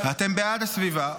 אתם בעד הסביבה.